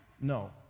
No